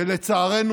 ולצערנו,